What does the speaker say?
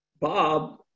Bob